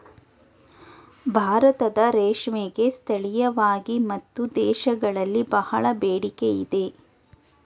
ಭಾರತದ ರೇಷ್ಮೆಗೆ ಸ್ಥಳೀಯವಾಗಿ ಮತ್ತು ದೇಶಗಳಲ್ಲಿ ಬಹಳ ಬೇಡಿಕೆ ಇದೆ